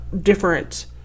different